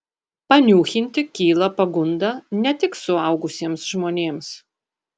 paniūchinti kyla pagunda ne tik suaugusiems žmonėms